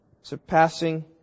surpassing